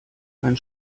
einen